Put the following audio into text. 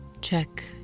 Check